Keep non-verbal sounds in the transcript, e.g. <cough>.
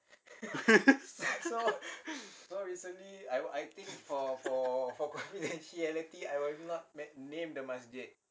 <laughs>